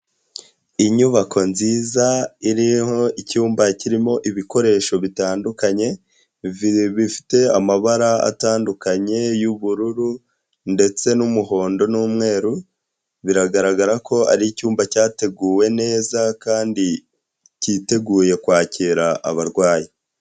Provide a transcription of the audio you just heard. Inyubako nziza iriho icyumba kirimo ibikoresho bitandukanye, bifite amabara atandukanye, y'ubururu ndetse n'umuhondo n'umweru, biragaragara ko ari icyumba cyateguwe neza kandi cyiteguye kwakira abarwayi.